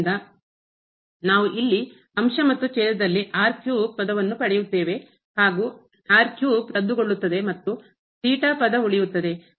ಆದ್ದರಿಂದ ನಾವು ಇಲ್ಲಿ ಅಂಶ ಮತ್ತು ಛೇದ ದಲ್ಲಿ ಪದವನ್ನು ಹಾಗೂ ರದ್ದುಗೊಳ್ಳುತ್ತದೆ ಮತ್ತು ಪದ ಉಳಿಯುತ್ತದೆ